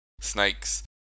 snakes